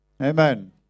Amen